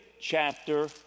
chapter